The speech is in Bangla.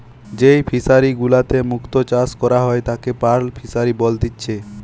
যেই ফিশারি গুলাতে মুক্ত চাষ করা হয় তাকে পার্ল ফিসারী বলেতিচ্ছে